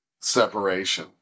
separation